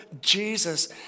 Jesus